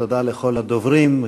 תודה לכל הדוברים,